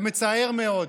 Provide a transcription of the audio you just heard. זה מצער מאוד.